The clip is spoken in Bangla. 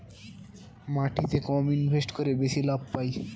মাটিতে কম ইনভেস্ট করে বেশি লাভ পাই